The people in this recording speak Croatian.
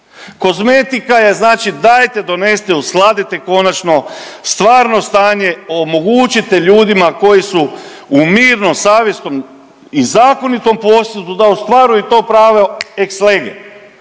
Kozmetika je znači dajte donesite, uskladite konačno stvarno stanje, omogućite ljudima koji su u mirnom, savjesnom i zakonitom posjedu da ostvaruju to pravo ex lege